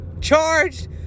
charged